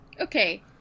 Okay